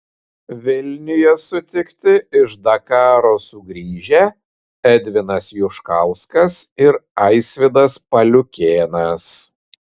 vilniuje sutikti iš dakaro sugrįžę edvinas juškauskas ir aisvydas paliukėnas